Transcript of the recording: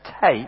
take